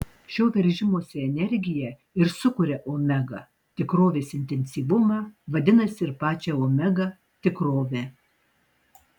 šio veržimosi energija ir sukuria omega tikrovės intensyvumą vadinasi ir pačią omega tikrovę